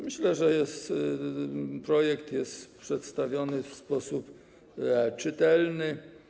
Myślę, że projekt jest przedstawiony w sposób czytelny.